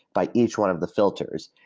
by each one of the filters,